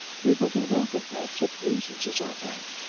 people don't often have such reasons as i have,